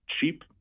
cheap